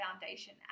foundation